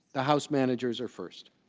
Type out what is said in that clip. the house managers are first